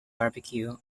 barbecue